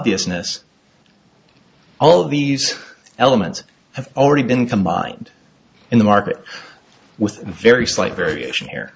ousness all of these elements have already been combined in the market with very slight variation here